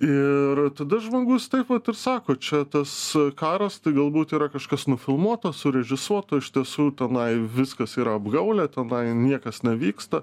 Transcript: ir tada žmogus taip vat ir sako čia tas karas tai galbūt yra kažkas nufilmuoto surežisuoto iš tiesų tenai viskas yra apgaulė tenai niekas nevyksta